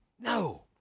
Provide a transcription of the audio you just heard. No